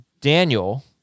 Daniel